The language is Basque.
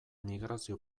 migrazio